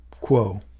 Quo